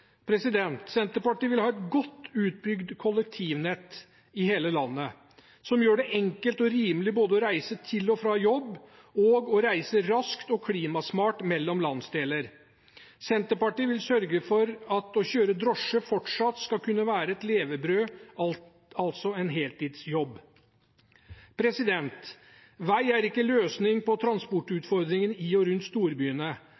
Senterpartiet vil ha et godt utbygd kollektivnett i hele landet, som gjør det enkelt og rimelig både å reise til og fra jobb og å reise raskt og klimasmart mellom landsdeler. Senterpartiet vil sørge for at å kjøre drosje fortsatt skal kunne være et levebrød, altså en heltidsjobb. Vei er ikke løsningen på